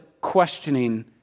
questioning